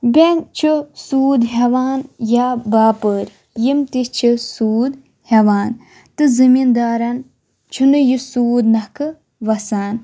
bank چھُ سوٗد ہیٚوان یا باپٲرۍ یِم تہِ چھِ سود ہیٚوان تہٕ زٔمیٖندارَن چھُ نہٕ یہِ سوٗد نَکھٕ وَسان